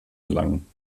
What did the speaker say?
gelangen